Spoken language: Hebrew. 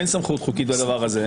אין סמכות חוקית לדבר הזה.